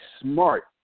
smart